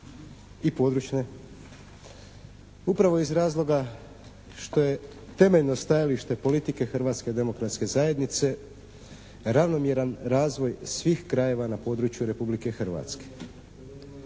i područne. Upravo iz razloga što je temeljno stajalište politike Hrvatske demokratske zajednice ravnomjeran razvoj svih krajeva na području Republike Hrvatske.